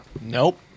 Nope